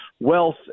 wealth